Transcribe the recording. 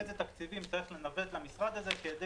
איזה תפקידים צריך לנווט למשרד הזה כדי